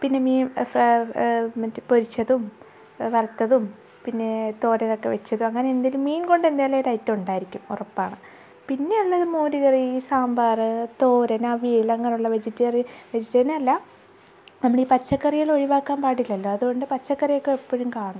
പിന്നെ മീൻ ഫെ മറ്റെ പൊരിച്ചതും വറുത്തതും പിന്നെ തോരനൊക്കെ വെച്ചതും അങ്ങനെ എന്തേലും മീൻ കൊണ്ടെന്തേലും ഒരു ഐറ്റം ഉണ്ടായിരിക്കും ഉറപ്പാണ് പിന്നെ ഉള്ളത് മോര് കറി സാമ്പാർ തോരൻ അവിയൽ അങ്ങനുള്ള വെജിറ്റേറിയൻ വെജിറ്റേറിയൻ അല്ല നമ്മളീ പച്ചക്കറികളൊഴിവാക്കാൻ പാടില്ലല്ലൊ അതുകൊണ്ട് പച്ചക്കറിയൊക്കെ എപ്പോഴും കാണും